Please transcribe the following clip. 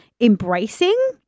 embracing